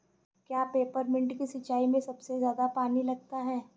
क्या पेपरमिंट की सिंचाई में सबसे ज्यादा पानी लगता है?